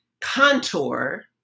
contour